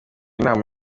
inama